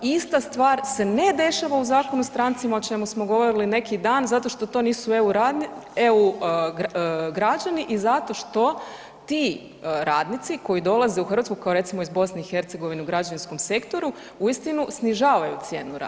Ista stvar se ne dešava u Zakonu o strancima o čemu smo govorili neki dan zato što to nisu EU građani i zato što ti radnici koji dolaze u Hrvatsku, kao recimo iz BiH u građevinskom sektoru, uistinu snižavaju cijenu rada.